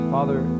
Father